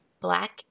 black